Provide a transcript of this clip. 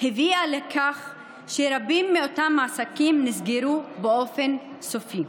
הביאה לכך שרבים מאותם עסקים נסגרו באופן סופי.